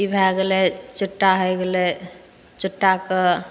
ई भए गेलै चुट्टा होइ गेलै चुट्टा कऽ